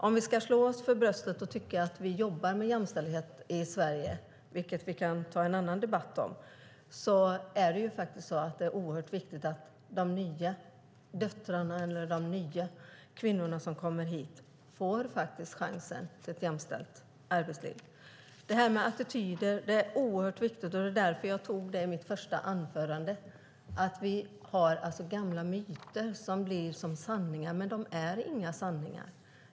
Om vi ska kunna slå oss för bröstet och tycka att vi jobbar med jämställdhet i Sverige är det viktigt att de nya döttrarna och kvinnorna som kommer hit får chansen till ett jämställt arbetsliv. Attityder är något oerhört viktigt. Därför tog jag i mitt första anförande upp att vi har gamla myter som blir som sanningar, men inte är några sanningar.